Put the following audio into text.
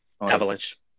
Avalanche